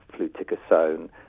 fluticasone